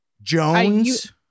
Jones